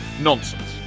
Nonsense